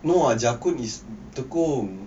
no ah jakun is tekong